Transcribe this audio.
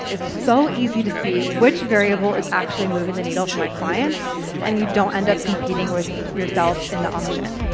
it's so easy to see which variable is actually moving the needle for my clients and you don't end up competing with yourself in the auction.